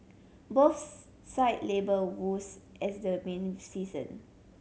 both cited labour woes as the main season